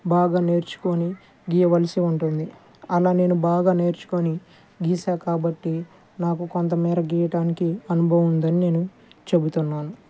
బాగా నేర్చుకోని గీయవలసి ఉంటుంది అలా నేను బాగా నేర్చుకోని గీశాను కాబట్టి నాకు కొంతమేర గీయటానికి అనుభవం ఉంది అని నేను చెబుతున్నాను